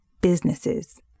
Businesses